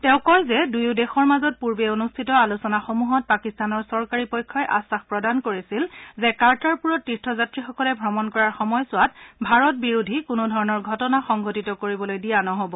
তেওঁ কয় যে দুয়ো দেশৰ মাজত পূৰ্বে অনুষ্ঠিত আলোচনাসমূহত পাকিস্তানৰ চৰকাৰী পক্ষই আখাস প্ৰদান কৰিছিল কাৰ্টাৰপুৰত তীৰ্থ যাত্ৰীসকলে ভ্ৰমণ কৰাৰ সময়ছোৱাত ভাৰত বিৰোধী কোনো ধৰণৰ ঘটনা সংঘটিত কৰিবলৈ দিয়া নহব